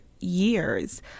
years